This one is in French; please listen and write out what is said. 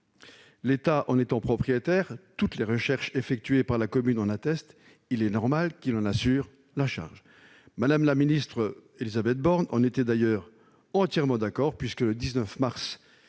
L'État en étant propriétaire- toutes les recherches effectuées par la commune l'attestent -, il est normal qu'il assure la charge de cette reconstruction. Mme la ministre Élisabeth Borne en était d'ailleurs entièrement d'accord puisque, le 19 mars